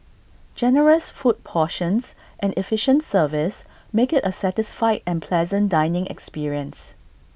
generous food portions and efficient service make IT A satisfied and pleasant dining experience